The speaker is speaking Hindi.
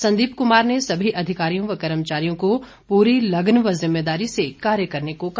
संदीप कुमार ने सभी अधिकारियों व कर्मचारियों को पूरी लगन व जिम्मेदारी से कार्य करने को कहा